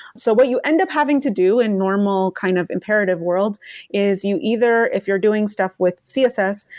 so what you end up having to do in normal kind of imperative world is you either, if you're doing stuff with css,